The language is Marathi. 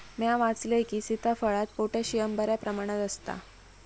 म्या वाचलंय की, सीताफळात पोटॅशियम बऱ्या प्रमाणात आसता